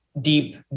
deep